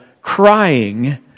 crying